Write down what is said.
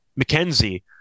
McKenzie